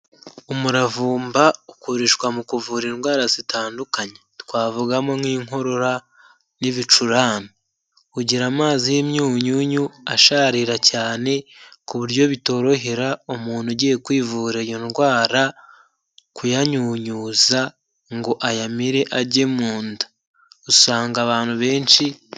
Umuravumba ukoreshwa mu kuvura indwara zitandukanye, twavugamo nk'inkorora n'ibicurane, ugira amazi y'imyunyunyu asharira cyane ku buryo bitorohera umuntu ugiye kwivura iyo ndwara kuyanyunyuza ngo ayamire ajye mu nda usanga abantu benshi.